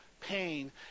pain